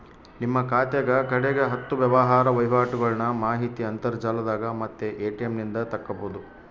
ನಿಮ್ಮ ಖಾತೆಗ ಕಡೆಗ ಹತ್ತು ವ್ಯವಹಾರ ವಹಿವಾಟುಗಳ್ನ ಮಾಹಿತಿ ಅಂತರ್ಜಾಲದಾಗ ಮತ್ತೆ ಎ.ಟಿ.ಎಂ ನಿಂದ ತಕ್ಕಬೊದು